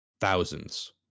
thousands